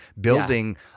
building